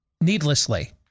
needlessly